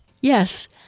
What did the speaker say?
Yes